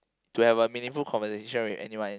to have a meaningful conversation with anyone